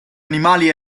animali